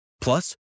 Plus